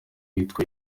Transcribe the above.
yitwa